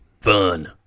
fun